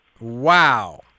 Wow